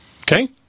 Okay